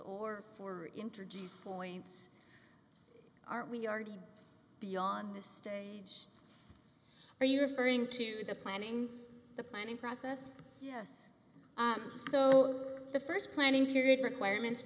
were introduced points aren't we already beyond this stage are you referring to the planning the planning process yes so the st planning period requirements